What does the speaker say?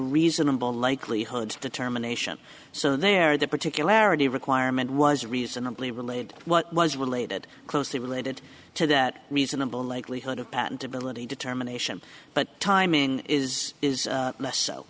reasonable likelihood determination so there that particularity requirement was reasonably related what was related closely related to that reasonable likelihood of patentability determination but timing is is less so